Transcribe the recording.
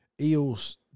Eels